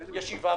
ישיבה,